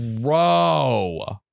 bro